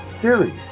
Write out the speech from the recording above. series